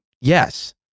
yes